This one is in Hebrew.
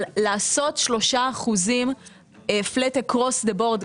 אבל לעשות 3% פלט אקרוס דה-בורד,